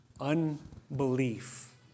Unbelief